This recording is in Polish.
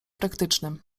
praktycznym